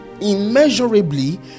immeasurably